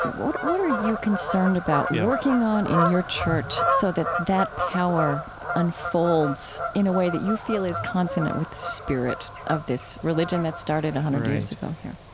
what what are you concerned about working on in your church so that that power unfolds in a way that you feel is consonant with the spirit of this religion that started a hundred years ago here?